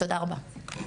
תודה רבה.